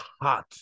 hot